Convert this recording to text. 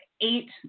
eight